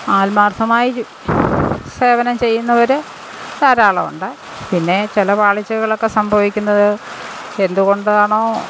ആത്മാർത്ഥമായി സേവനം ചെയ്യുന്നവർ ധാരാളം ഉണ്ട് പിന്നെ ചില പാളിച്ചകളൊക്കെ സംഭവിക്കുന്നത് എന്തുകൊണ്ടാണോ